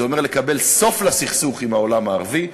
זה אומר לקבל סוף לסכסוך עם העולם הערבי,